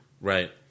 Right